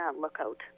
lookout